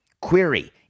Query